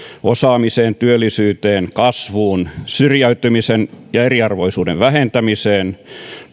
osaamiseen työllisyyteen kasvuun syrjäytymisen ja eriarvoisuuden vähentämiseen